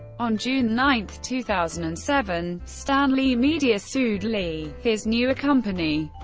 on june nine, two thousand and seven, stan lee media sued lee his newer company,